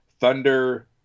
Thunder